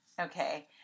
okay